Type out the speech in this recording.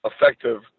effective